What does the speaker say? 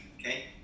okay